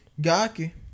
Gaki